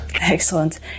excellent